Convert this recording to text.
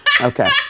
okay